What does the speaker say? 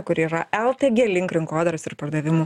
kuri yra el tė gie link rinkodaros ir pardavimų